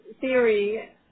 theory